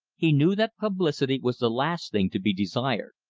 he knew that publicity was the last thing to be desired.